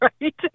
right